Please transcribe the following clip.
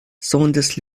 saunders